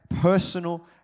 personal